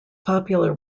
popular